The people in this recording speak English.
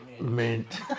mint